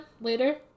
Later